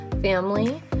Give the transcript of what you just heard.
family